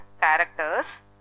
characters